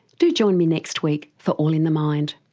do join me next week for all in the mind